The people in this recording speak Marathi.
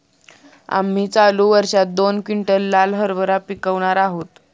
आम्ही चालू वर्षात दोन क्विंटल लाल हरभरा पिकावणार आहोत